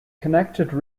connected